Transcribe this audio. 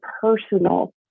personal